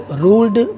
ruled